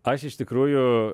aš iš tikrųjų